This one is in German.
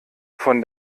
von